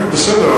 כן, בסדר.